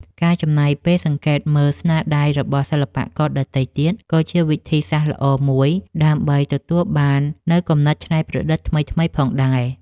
ការចំណាយពេលសង្កេតមើលស្នាដៃរបស់សិល្បករដទៃទៀតក៏ជាវិធីដ៏ល្អមួយដើម្បីទទួលបាននូវគំនិតច្នៃប្រឌិតថ្មីៗផងដែរ។